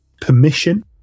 permission